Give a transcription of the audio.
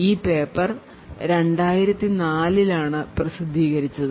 ഈ പേപ്പർ 2004 ൽ ആണു പ്രസിദ്ധീകരിച്ചത്